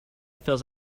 fills